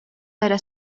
эрэ